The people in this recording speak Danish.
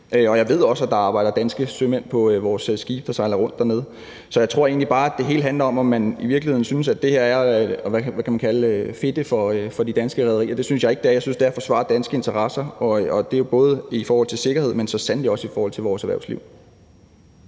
Og jeg ved også, at der arbejder danske sømænd på vores skibe, der sejler rundt dernede. Så jeg tror egentlig bare, at det hele handler om, om man i virkeligheden synes, at det her er, hvad kan man kalde det, at fedte for de danske rederier. Det synes jeg ikke det er. Jeg synes, at det er at forsvare danske interesser, og det er både i forhold til sikkerhed, men så sandelig også i forhold til vores erhvervsliv.